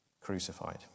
crucified